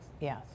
Yes